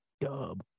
dub